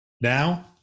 Now